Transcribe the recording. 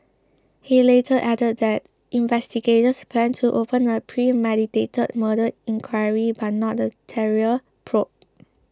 he later added that investigators planned to open a premeditated murder inquiry but not a terror probe